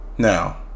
Now